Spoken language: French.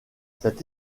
cette